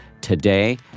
today